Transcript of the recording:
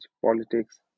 politics